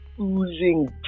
oozing